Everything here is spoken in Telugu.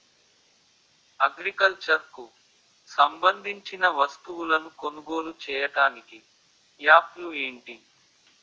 అగ్రికల్చర్ కు సంబందించిన వస్తువులను కొనుగోలు చేయటానికి యాప్లు ఏంటి?